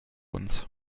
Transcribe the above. uns